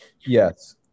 Yes